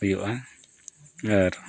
ᱦᱩᱭᱩᱜᱼᱟ ᱟᱨ